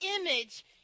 image